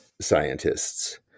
scientists